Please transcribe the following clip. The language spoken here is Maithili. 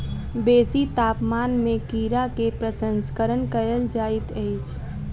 बेसी तापमान में कीड़ा के प्रसंस्करण कयल जाइत अछि